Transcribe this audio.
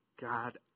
God